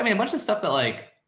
i mean a bunch of stuff that like.